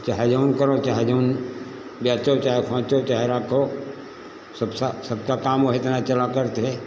चाहे जोन करो चाहे जोन चाहे फनचो चाहे राखो सब सबका काम वही चला करत है